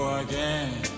again